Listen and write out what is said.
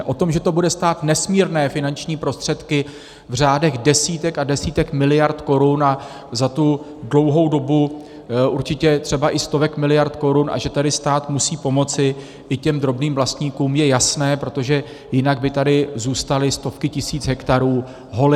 To, že to bude stát nesmírné finanční prostředky v řádech desítek a desítek miliard korun a za tu dlouhou dobu určitě třeba i stovek miliard korun a že tady stát musí pomoci i těm drobným vlastníkům, je jasné, protože jinak by tady zůstaly stovky tisíc hektarů holin.